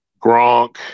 Gronk